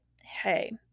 hey